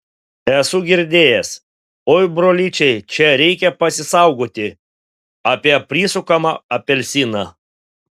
esu girdėjęs oi brolyčiai čia reikia pasisaugoti apie prisukamą apelsiną